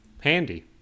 Handy